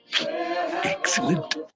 Excellent